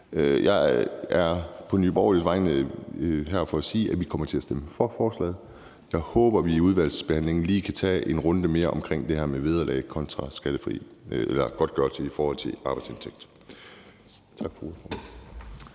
er her på Nye Borgerliges vegne for at sige, at vi kommer til at stemme for forslaget. Jeg håber, at vi i udvalgsbehandlingen lige kan tage en runde mere omkring det her med vederlag kontra godtgørelse i forhold til arbejdsindtægt.